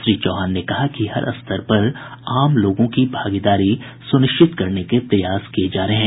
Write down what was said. श्री चौहान ने कहा कि हर स्तर पर आम लोगों की भागीदारी सुनिश्चित करने के प्रयास किये जा रहे हैं